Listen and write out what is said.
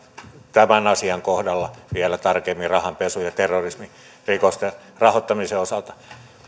tämän asian kohdalla vielä tarkemmin rahanpesu ja terrorismirikosten rahoittamisen osalta